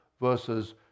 versus